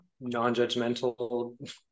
non-judgmental